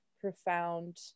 profound